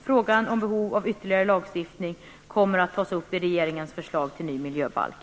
Frågan om behov av ytterligare lagstiftning kommer att tas upp i regeringens förslag till ny miljöbalk.